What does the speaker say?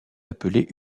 appelée